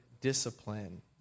discipline